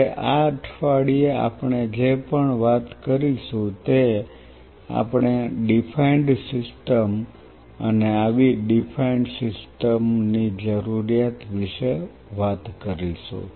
હવે આ અઠવાડિયે આપણે જે પણ વાત કરીશું તે આપણે ડીફાઈન્ડ સિસ્ટમ અને આવી ડીફાઈન્ડ સિસ્ટમ ની જરૂરિયાત વિશે વાત કરીશું